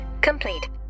complete